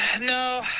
no